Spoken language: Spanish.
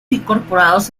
incorporados